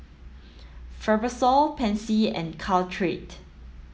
Fibrosol Pansy and Caltrate